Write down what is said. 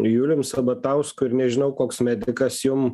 julium sabatausku ir nežinau koks medikas jum